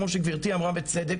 כמו שגברתי אמרה בצדק,